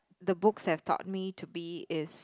the books have taught me to be is